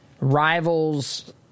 rivals